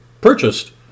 purchased